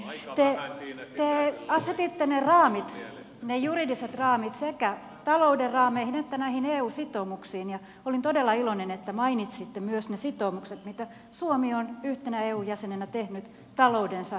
te asetitte ne raamit ne juridiset raamit sekä talouden raameihin että näihin eu sitoumuksiin ja olin todella iloinen että mainitsitte myös ne sitoumukset jotka suomi on yhtenä eun jäsenenä tehnyt taloutensa huolehtimisesta